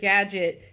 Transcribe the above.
Gadget